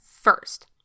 first